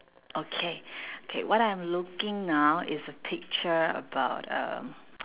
okay K what I'm looking now is a picture about um